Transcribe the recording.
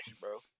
bro